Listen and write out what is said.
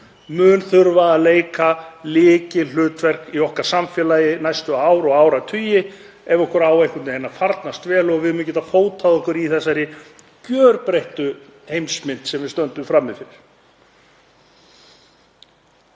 mun þurfa að leika lykilhlutverk í samfélagi okkar næstu ár og áratugi ef okkur á einhvern veginn að farnast vel og við eigum að geta fótað okkur í þeirri gjörbreyttu heimsmynd sem við stöndum frammi fyrir.